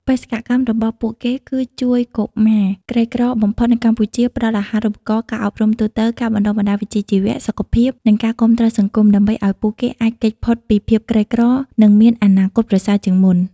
បេសកកម្មរបស់ពួកគេគឺជួយកុមារក្រីក្របំផុតនៅកម្ពុជា ផ្តល់អាហារូបករណ៍ ការអប់រំទូទៅ ការបណ្តុះបណ្តាលវិជ្ជាជីវៈ សុខភាព និងការគាំទ្រសង្គម ដើម្បីឱ្យពួកគេអាចគេចផុតពីភាពក្រីក្រ និងមានអនាគតប្រសើរជាងមុន ។